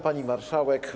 Pani Marszałek!